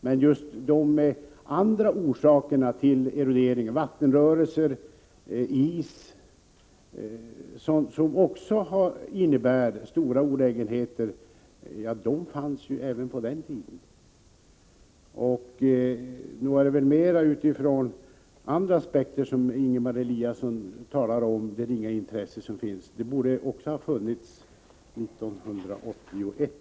Men de andra orsakerna till erodering, bl.a. vattenrörelser och is, vilka också innebär stora olägenheter, fanns även 1981. Nog är det väl mer ur andra aspekter som Ingemar Eliasson talar om dagens ringa intresse. Ett intresse borde ha funnits också 1981.